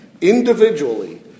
individually